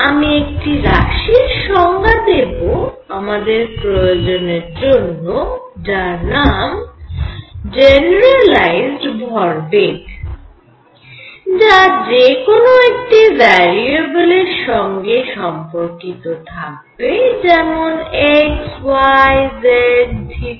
আমি একটি রাশির সংজ্ঞা দেব আমাদের প্রয়োজনের জন্য যার নাম জেনেরালাইজড ভরবেগ যা যে কোন একটি ভ্যারিয়েবলের সঙ্গে সম্পর্কিত থাকবে যেমন x y z θ ϕ